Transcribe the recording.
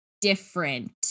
different